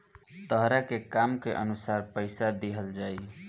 तहरा के काम के अनुसार पइसा दिहल जाइ